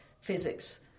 physics